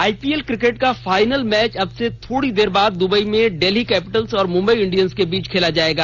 IPL cricket का final match अब से थोड़ी देर बाद द्वबई में डेल्ही कैपिटल्स और मुम्बई इंडियन्स के बीच खेला जायेगा